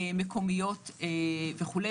מקומיות וכו'.